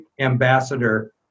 ambassador